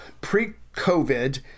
pre-COVID